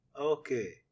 Okay